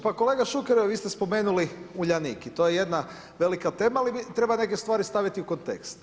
Pa kolega Šuker vi ste spomenuli Uljanik i to je jedna velika tema ali treba neke stvari staviti u kontekst.